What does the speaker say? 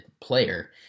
player